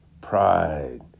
pride